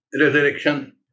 resurrection